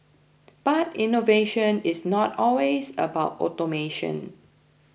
but innovation is not always about automation